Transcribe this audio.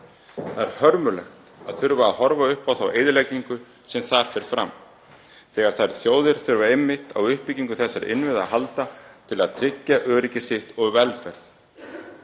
Það er hörmulegt að þurfa að horfa upp á þá eyðileggingu sem þar fer fram þegar þær þjóðir þurfa einmitt á uppbyggingu þessara innviða að halda til að tryggja öryggi sitt og velferð.